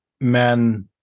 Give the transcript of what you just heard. men